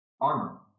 armor